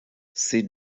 sit